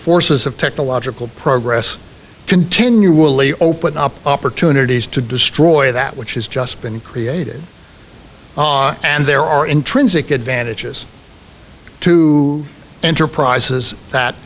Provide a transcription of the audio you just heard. forces of technological progress continually open up opportunities to destroy that which has just been created and there are intrinsic advantages to enterprises